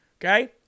Okay